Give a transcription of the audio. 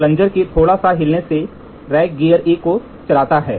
plunger के थोड़ा सा हिलने से रैक गियर A को चलाता है